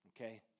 Okay